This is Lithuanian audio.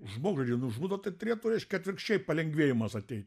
žmogžudį nužudo tai turėtų reiškia atvirkščiai palengvėjimas atei